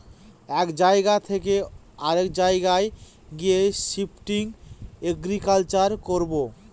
এক জায়গা থকে অরেক জায়গায় গিয়ে শিফটিং এগ্রিকালচার করবো